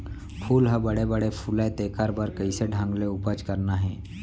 फूल ह बड़े बड़े फुलय तेकर बर कइसे ढंग ले उपज करना हे